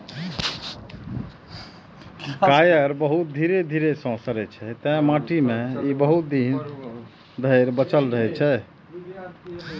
coir बहुत धीरे सं सड़ै छै, तें माटि मे ई बहुत दिन धरि बचल रहै छै